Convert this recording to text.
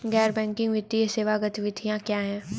गैर बैंकिंग वित्तीय सेवा गतिविधियाँ क्या हैं?